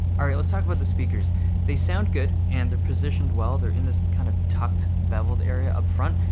alright let's talk about the speakers they sound good and they're positioned well, they're in this kind of tucked beveled area up front.